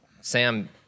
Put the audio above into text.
Sam